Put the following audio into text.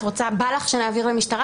את מתכוונת להגיש תלונה או לא?".